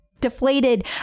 Deflated